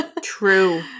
true